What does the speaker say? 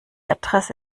adresse